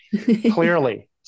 clearly